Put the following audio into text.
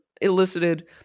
elicited